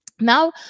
Now